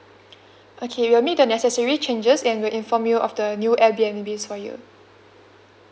okay we'll make the necessary changes and we'll inform you of the new Airbnbs for you